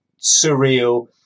surreal